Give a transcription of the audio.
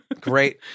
Great